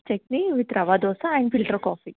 chutney with rava dosa and filter coffee